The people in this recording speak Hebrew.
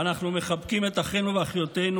ואנחנו מחבקים את אחינו ואחיותינו,